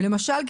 למשל,